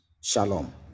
Shalom